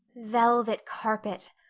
velvet carpet,